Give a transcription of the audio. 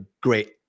great